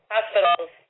Hospitals